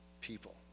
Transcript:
people